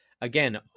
Again